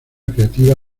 creativa